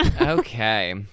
Okay